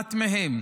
ואחת מהם.